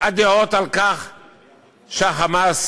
הדעות שה"חמאס"